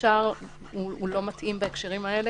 הוא לא מתאים בהקשרים האלה,